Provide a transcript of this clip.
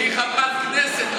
שהיא חברת כנסת,